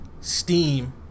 Steam